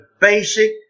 basic